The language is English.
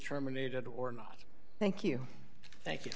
terminated or not thank you thank you